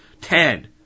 Ten